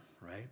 right